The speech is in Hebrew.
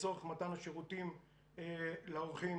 לצורך מתן השירותים לאורחים,